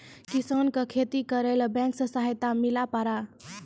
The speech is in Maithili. किसान का खेती करेला बैंक से सहायता मिला पारा?